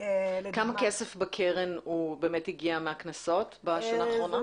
כמה כסף בקרן באמת הגיע מהקנסות בשנה האחרונה?